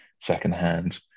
secondhand